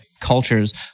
cultures